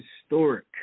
Historic